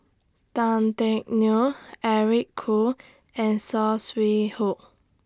Tan Teck Neo Eric Khoo and Saw Swee Hock